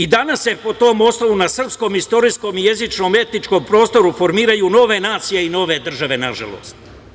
I danas se po tom osnovu na srpskom istorijskom i jezičko-etničkom prostoru formiraju nove nacije i nove države, nažalost.